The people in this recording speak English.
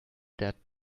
that